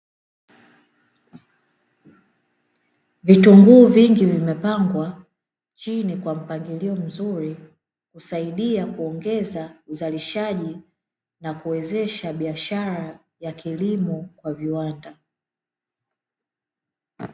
Vitunguu vingi vimepangwa chini kwa mpangilio mzuri, husaidia kuongeza uzalishaji na kuwezesha biashara ya kilimo kwa viwanda.